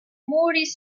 maurice